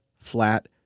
flat